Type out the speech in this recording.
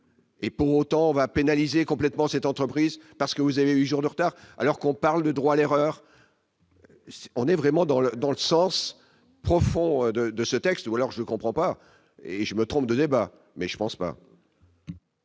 Et pour autant on va pénaliser complètement cette entreprise parce que vous avez eu un jour de retard alors qu'on parle de droit à l'erreur, on est vraiment dans le dans le sens profond de de ce texte alors je comprends pas, et je me trompe de débat, mais je pense pas.